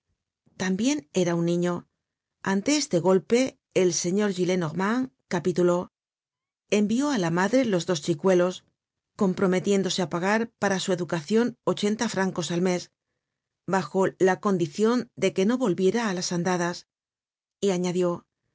tambien era un niño ante este golpe el señor gillenormand capituló envió á la madre los dos chicuelos comprometiéndose á pagar para su educacion ochenta francos al mes bajo la condicion de que no volviera á las andadas y añadió